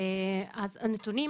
אז הנתונים,